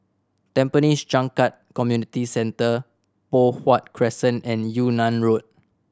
Tampines Changkat Community Centre Poh Huat Crescent and Yunnan Road